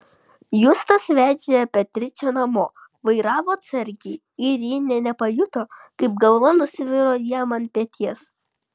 justas vežė beatričę namo vairavo atsargiai ir ji nė nepajuto kaip galva nusviro jam ant peties